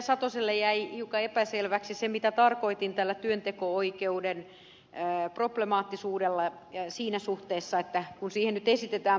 satoselle jäi hiukan epäselväksi se mitä tarkoitin tällä työnteko oikeuden problemaattisuudella siinä suhteessa kun siihen nyt esitetään muutoksia